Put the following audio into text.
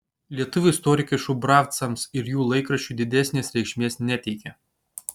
lietuvių istorikai šubravcams ir jų laikraščiui didesnės reikšmės neteikia